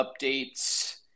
updates